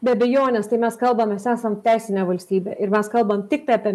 be abejonės tai mes kalbam mes esam teisinė valstybė ir mes kalbam tiktai apie